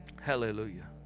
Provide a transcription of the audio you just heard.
hallelujah